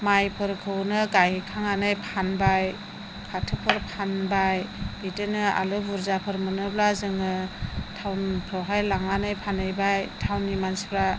माइफोरखौनो गायखांनानै फानबाय फाथोफोर फानबाय बिदिनो आलु बुरजाफोर मोनोब्ला जोङो टाउनफ्रावहाय लांनानै फानहैबाय टाउननि मानसिफ्रा